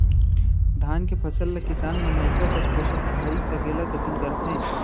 धान के फसल ल किसान मन लइका कस पोसत भारी सकेला जतन करथे